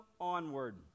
onward